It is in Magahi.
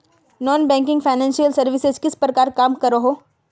नॉन बैंकिंग फाइनेंशियल सर्विसेज किस प्रकार काम करोहो?